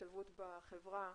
השתלבות בחברה,